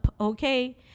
okay